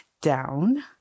down